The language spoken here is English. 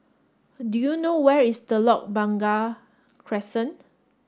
do you know where is Telok Blangah Crescent